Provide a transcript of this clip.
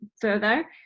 further